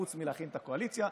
חוץ מלהכין את הקואליציה,